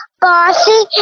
bossy